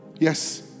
yes